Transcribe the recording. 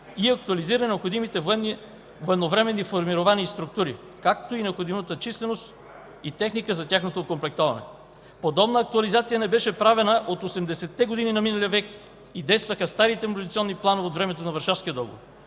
и актуализира необходимите военновременни формирования и структури, както и необходимата численост и техника за тяхното окомплектоване. Подобна актуализация не беше правена от 80-те години на миналия век и действаха старите мобилизационни планове от времето на Варшавския договор.